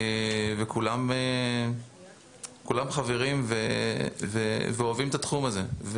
וכולם חברים ואוהבים את התחום הזה.